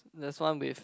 there is one with